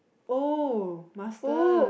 oh masters